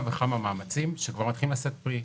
וכמה מאמצים שכבר מתחילים לשאת פרי.